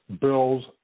bills